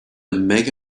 mega